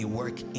work